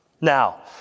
Now